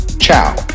ciao